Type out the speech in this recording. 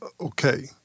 Okay